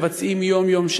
מבצעים יום-יום,